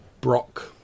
Brock